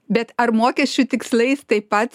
bet ar mokesčių tikslais taip pat